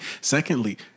Secondly